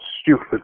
stupid